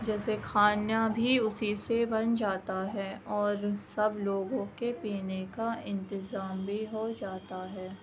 جیسے کھانا بھی اُسی سے بن جاتا ہے اور سب لوگوں کے پینے کا انتظام بھی ہو جاتا ہے